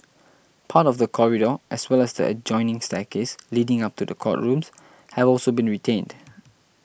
part of the corridor as well as the adjoining staircase leading up to the courtrooms have also been retained